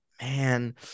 man